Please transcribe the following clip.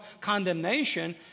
condemnation